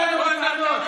אף אחד לא בא אלינו בטענות.